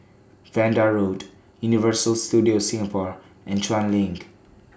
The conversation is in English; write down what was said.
Vanda Road Universal Studios Singapore and Chuan LINK